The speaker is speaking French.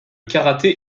karaté